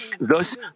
Thus